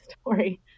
story